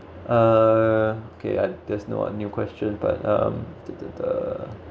uh okay and there's no new question but um !duh! !duh! !duh!